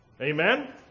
Amen